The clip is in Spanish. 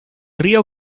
río